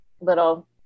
little